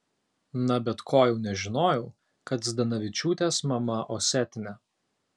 na bet ko jau nežinojau kad zdanavičiūtės mama osetinė